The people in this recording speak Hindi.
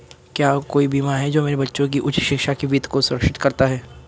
क्या कोई बीमा है जो मेरे बच्चों की उच्च शिक्षा के वित्त को सुरक्षित करता है?